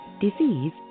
disease